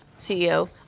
CEO